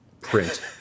print